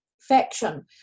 faction